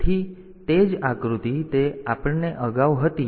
તેથી તે જ આકૃતિ જે આપણે અગાઉ હતી